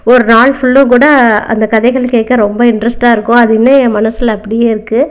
ஒரு நாள் ஃபுல்லும் கூட அந்த கதைகள் கேட்க ரொம்ப இன்ட்ரெஸ்ட்டாக இருக்கும் அது இன்னும் ஏன் மனசில் அப்படியே இருக்குது